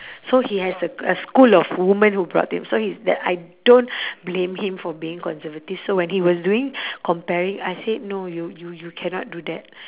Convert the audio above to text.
so he has a a school of woman who brought him so he's that I don't blame him for being conservative so when he was doing comparing I said no you you you cannot do that